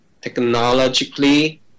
technologically